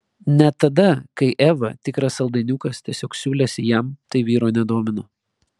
net tada kai eva tikras saldainiukas tiesiog siūlėsi jam tai vyro nedomino